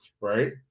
right